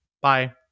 Bye